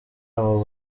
abo